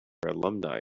alumni